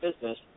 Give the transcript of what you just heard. business